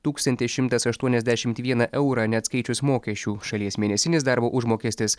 tūkstantis šimtas aštuoniasdešimt vieną eurą neatskaičius mokesčių šalies mėnesinis darbo užmokestis